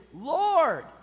Lord